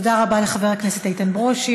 תודה רבה לחבר הכנסת איתן ברושי.